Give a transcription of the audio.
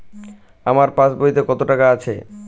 আমার পাসবইতে কত টাকা আছে?